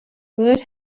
bird